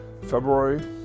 February